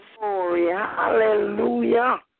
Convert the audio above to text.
Hallelujah